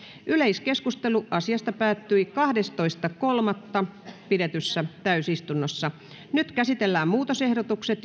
yleiskeskustelu asiasta päättyi kahdestoista kolmatta kaksituhattayhdeksäntoista pidetyssä täysistunnossa nyt käsitellään muutosehdotukset